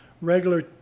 regular